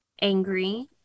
angry